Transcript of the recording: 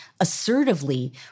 assertively